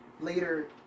later